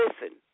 listen